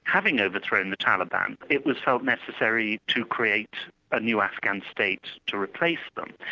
having overthrown the taliban, it was felt necessary to create a new afghan state to replace them.